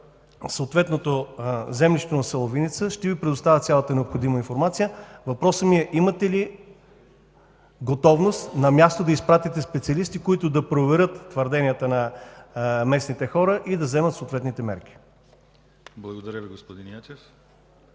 Конкретно за землището на село Виница ще Ви предоставя цялата необходима информация. Въпросът ми е: имате ли готовност на място да изпратите специалисти, които да проверят твърденията на местните хора и да вземат съответните мерки? ПРЕДСЕДАТЕЛ ДИМИТЪР